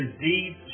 deeds